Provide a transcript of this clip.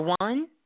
one